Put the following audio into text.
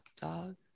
dog